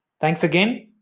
thanks again,